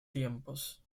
tiempos